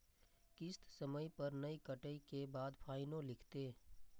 किस्त समय पर नय कटै के बाद फाइनो लिखते?